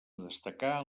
destacar